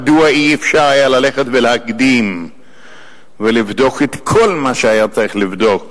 מדוע לא היה אפשר ללכת ולהקדים ולבדוק את כל מה שהיה צריך לבדוק